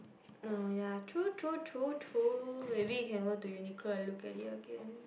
oh ya true true true true maybe you can go to Uniqlo and look at it again